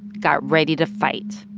got ready to fight.